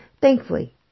Thankfully